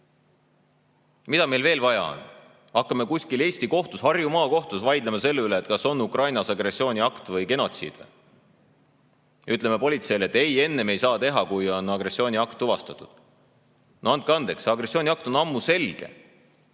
meil veel vaja on? Kas hakkame kuskil Eesti kohtus, Harju Maakohtus vaidlema selle üle, kas on Ukrainas agressiooniakt või genotsiid? Ütleme politseile, et ei, enne me ei saa midagi teha, kui on agressiooniakt tuvastatud. No andke andeks! Agressiooniakt on ammu selge.